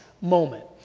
moment